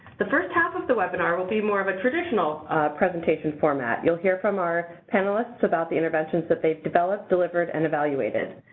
the first half of the webinar will be more of a traditional presentation format. you'll hear from our panelists about the interventions that they've developed, delivered, and evaluated.